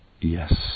yes